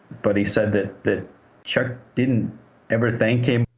but he said that that chuck didn't ever thank him.